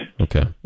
Okay